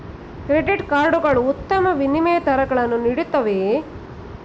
Credit card ಗಳು ಉತ್ತಮ ವಿನಿಮಯ ದರಗಳನ್ನು ನೀಡುತ್ತವೆಯೇ?